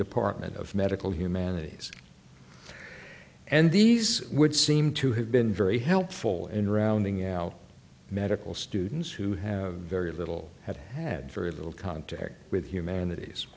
department of medical humanities and these would seem to have been very helpful in rounding out medical students who have very little have had very little contact with humanities